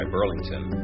Burlington